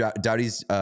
Dowdy's